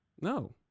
no